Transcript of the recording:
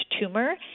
tumor